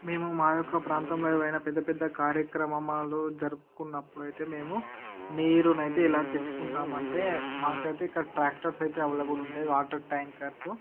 మేము మా యొక్క ప్రాంతంలో ఏవైనా పెద్ద పెద్ద కార్యక్రమమాలు జరుపుకున్నప్పుడైతే మేము నీరునైతే ఇలా తెచ్చుకుంటాము అంటే మాకైతే ఇక్కడ ట్రాక్టర్స్ అయితే అవైలబుల్ ఉంటాయి వాటర్ ట్యాంకర్సు